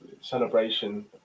celebration